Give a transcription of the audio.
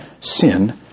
sin